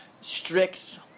strict